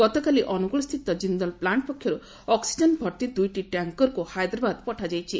ଗତକାଲି ଅନୁଗୁଳସ୍ସିତ ଜିନ୍ଦଲ ପ୍ଲାଷ୍ ପକ୍ଷରୁ ଅକ୍ ଭର୍ତି ଦୁଇଟି ଟ୍ୟାଙ୍କରକୁ ହାଇଦ୍ରାବାଦ ପଠାଯାଇଛି